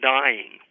dying